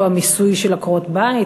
לא המיסוי של עקרות-בית,